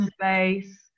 space